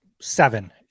seven